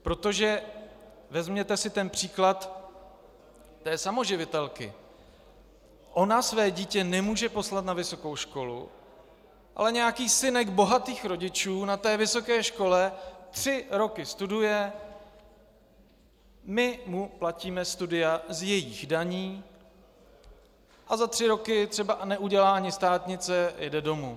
Protože vezměte si ten příklad samoživitelky ona své dítě nemůže poslat na vysokou školu, ale nějaký synek bohatých rodičů na vysoké škole tři roky studuje, my mu platíme studia z jejích daní a za tři roky třeba neudělá ani státnice a jde domů.